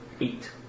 eight